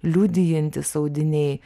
liudijantys audiniai